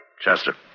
Chester